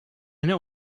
know